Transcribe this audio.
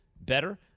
better